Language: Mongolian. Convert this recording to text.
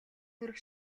хүрэх